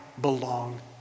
belong